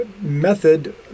method